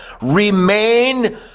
remain